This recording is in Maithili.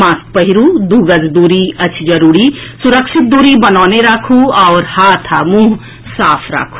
मास्क पहिरू दू गज दूरी अछि जरूरी सुरक्षित दूरी बनौने राखू आओर हाथ आ मुंह साफ राखू